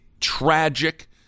tragic